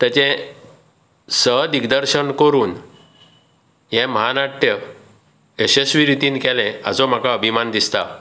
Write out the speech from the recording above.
तेचे सह दिग्दर्शन करून हे म्हानाट्य यशस्विरितीन केले हाचो म्हाका अभिमान दिसता